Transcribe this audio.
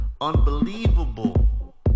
unbelievable